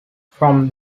from